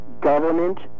government